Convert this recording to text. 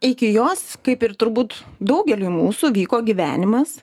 iki jos kaip ir turbūt daugeliui mūsų vyko gyvenimas